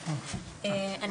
שלום,